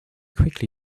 quickly